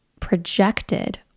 projected